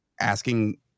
asking